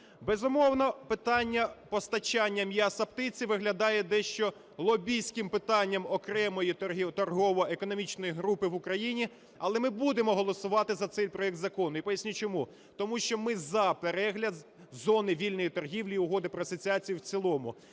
Безумовно, питання постачання м'яса птиці виглядає дещо лобістським питанням окремої торгово-економічної групи в Україні, але ми будемо голосувати за цей проект закону, і поясню чому. Тому що ми за перегляд зони вільної торгівлі і Угоди про асоціацію в цілому.